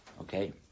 Okay